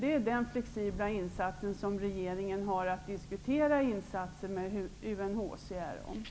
Detta är den flexibla insats som regeringen har att diskutera med UNHCR om.